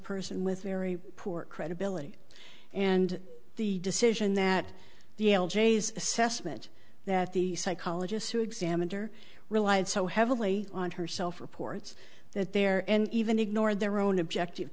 person with very poor credibility and the decision that the jays assessment that the psychologists who examined her relied so heavily on herself reports that there and even ignored their own objective